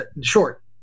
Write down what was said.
short